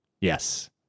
Yes